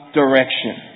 direction